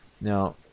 Now